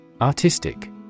Artistic